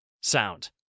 sound